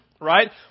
right